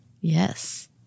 Yes